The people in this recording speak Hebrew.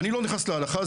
אני לא נכנס להלכה,